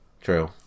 True